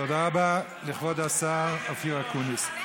תודה רבה לכבוד השר אופיר אקוניס.